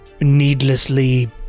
needlessly